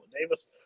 Davis